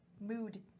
Mood